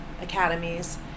Academies